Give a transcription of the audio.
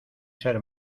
ser